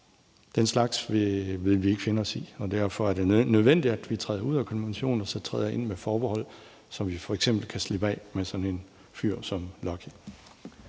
Den slags vil vi ikke finde os i, og derfor er det nødvendigt, at vi træder ud af konventioner og vi så træder ind med forbehold, så vi f.eks. kan slippe af med sådan en fyr som Lucky.